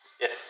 Yes